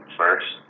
first